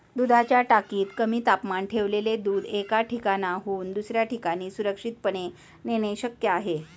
दुधाच्या टाकीत कमी तापमानात ठेवलेले दूध एका ठिकाणाहून दुसऱ्या ठिकाणी सुरक्षितपणे नेणे शक्य आहे